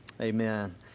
amen